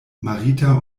marita